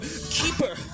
keeper